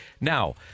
Now